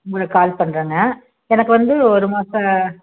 உங்களுக்கு கால் பண்ணுறேங்க எனக்கு வந்து ஒருமாத